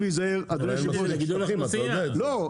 אבל אין מספיק שטחי גידול, אתה יודע את זה.